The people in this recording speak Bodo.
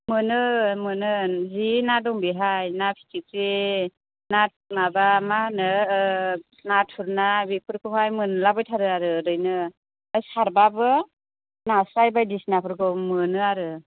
मोनो मोनो जि ना दं बेहाय ना फिथिख्रि ना माबा मा होनो नाथुर ना बेफोरखौहाय मोनला बायथारो ओरैनो ओमफ्राय सारब्लाबो नास्राय बायदिसिना फोरखौ मोनो आरो